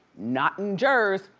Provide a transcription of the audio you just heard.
not in jers.